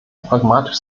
pragmatisch